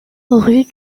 rue